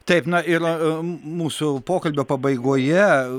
taip na ir mūsų pokalbio pabaigoje